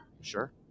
sure